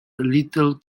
little